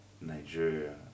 Nigeria